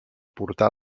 portar